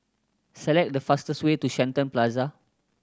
select the fastest way to Shenton Plaza